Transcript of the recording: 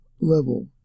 level